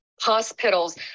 hospitals